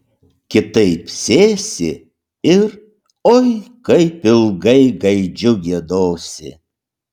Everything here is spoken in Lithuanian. kitaip sėsi ir oi kaip ilgai gaidžiu giedosi